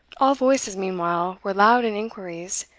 all voices meanwhile were loud in inquiries,